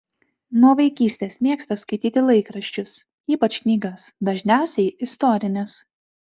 nuo vaikystės mėgsta skaityti laikraščius ypač knygas dažniausiai istorines